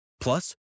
plus